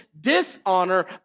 dishonor